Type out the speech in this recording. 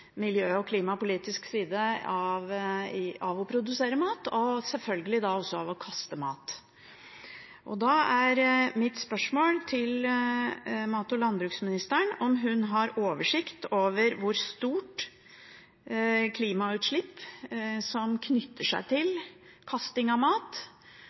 miljø- og klimapolitisk side av å produsere mat, og selvfølgelig da også av å kaste mat. Da er mitt spørsmål til mat- og landbruksministeren om hun har oversikt over hvor stort klimautslipp som knytter seg til kasting av mat,